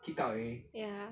ya